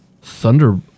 thunder